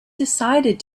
decided